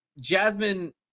Jasmine